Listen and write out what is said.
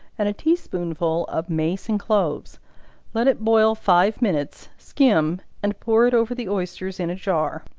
and a tea-spoonful of mace and cloves let it boil five minutes, skim, and pour it over the oysters in a jar.